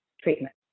treatment